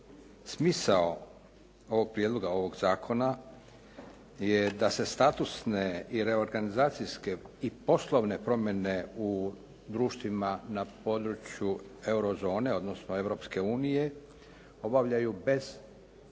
ovoga prijedloga ovoga zakona je da se status ne i i reorganizacijske i poslovne promjene u društvima na području euro zone odnosno Europske unije obavljaju bez poreskih